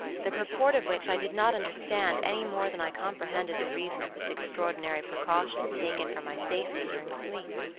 the purport of which i did not understand any more than i comprehended the reason of this extraordinary precaution taken for my safety during sleep.